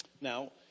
now